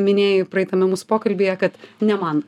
minėjai praeitame mūsų pokalbyje kad ne man